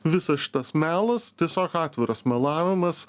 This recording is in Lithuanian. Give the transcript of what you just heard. visas šitas melas tiesiog atviras melavimas